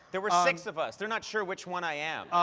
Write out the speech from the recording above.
there were six of us. they're not sure which one i am.